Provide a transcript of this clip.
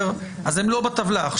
אז הם לא בטבלה.